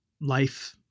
Life